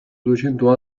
duecento